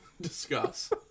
discuss